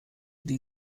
die